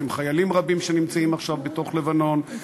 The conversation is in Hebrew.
עם חיילים רבים שנמצאים עכשיו בתוך רצועת-עזה,